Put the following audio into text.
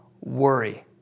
worry